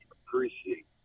appreciate